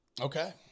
Okay